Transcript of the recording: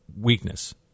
weakness